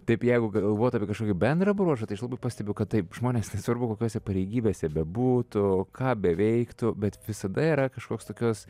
taip jeigu galvot apie kažkokį bendrą bruožą tai aš labai pastebiu kad taip žmonės nesvarbu kokiose pareigybėse bebūtų ką beveiktų bet visada yra kažkoks tokios